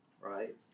right